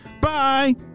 Bye